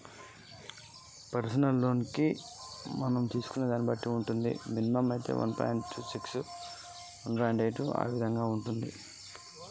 Personal loan కి interest ఎంత?